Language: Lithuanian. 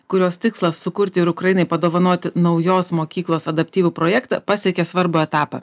kurios tikslas sukurti ir ukrainai padovanoti naujos mokyklos adaptyvų projektą pasiekė svarbų etapą